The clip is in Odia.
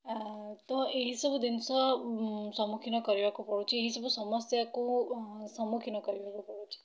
ତ ଏହିସବୁ ଜିନିଷ ସମ୍ମୁଖିନ କରିବାକୁ ପଡ଼ୁଛି ଏହିସବୁ ସମସ୍ୟାକୁ ସମ୍ମୁଖିନ କରିବାକୁ ପଡ଼ୁଛି